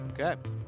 okay